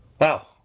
Wow